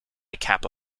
kappa